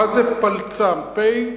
מה זה פלצ"ם, פ"א,